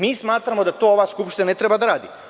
Mi smatramo da to Skupština ne treba da radi.